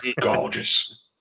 Gorgeous